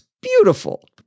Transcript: beautiful